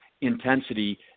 intensity